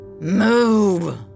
move